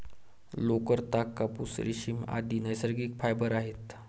लोकर, ताग, कापूस, रेशीम, आदि नैसर्गिक फायबर आहेत